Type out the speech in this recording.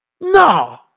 No